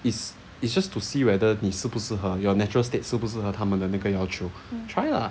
it's it's just to see whether 你适不适合 your natural state 适不适合他们的那个要求 try lah